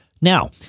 Now